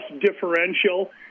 differential